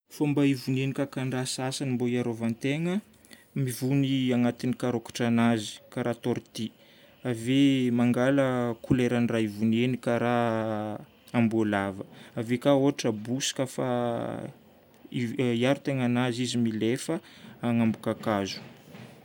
Fomba ivonian'ny kakan-draha sasany mbô hiarovany tegna: mivony agnatin'ny karôkitranazy karaha tortue. Ave mangala couleuran-daha ivoniny karaha amboalava. Ave ka ohatra bosy kafa hiaro tegnanazy izy milefa agnambo kakazo.